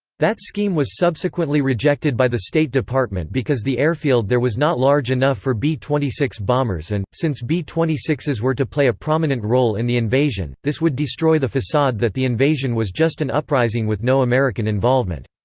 that scheme was subsequently rejected by the state department because the airfield there was not large enough for b twenty six bombers and, since b twenty six s were to play a prominent role in the invasion, this would destroy the facade that the invasion was just an uprising with no american involvement.